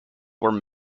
were